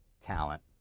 talent